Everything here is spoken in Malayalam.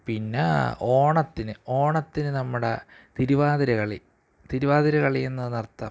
പിന്നെ ഓണത്തിന് ഓണത്തിന് നമ്മുടെ തിരുവാതിര കളി തിരുവാതിരകളി എന്ന് അര്ത്ഥം